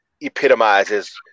epitomizes